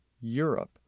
Europe